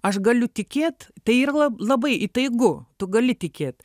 aš galiu tikėt tai yr la labai įtaigu tu gali tikėt